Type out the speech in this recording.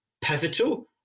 pivotal